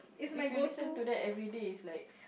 if you listen to that everyday it's like